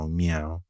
meow